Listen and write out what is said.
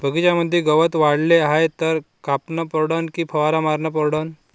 बगीच्यामंदी गवत वाढले हाये तर ते कापनं परवडन की फवारा मारनं परवडन?